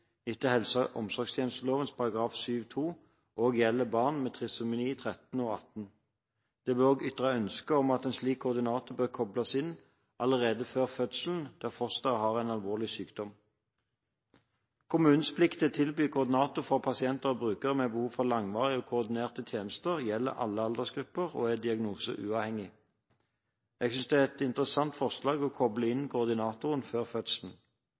etter helse- og omsorgstjenesteloven § 7-2 også gjelder barn med trisomi 13 eller 18. Det ble også ytret ønske om at en slik koordinator bør kobles inn allerede før fødselen der fosteret har en alvorlig sykdom. Kommunens plikt til å tilby koordinator for pasienter og brukere med behov for langvarige og koordinerte tjenester gjelder alle aldersgrupper og er diagnoseuavhengig. Jeg synes det er et interessant forslag å koble inn koordinatoren før fødselen.